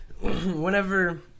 whenever